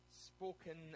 spoken